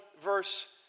verse